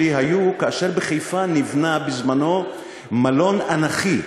היה כאשר בחיפה נבנה בזמנו מלון אנכי,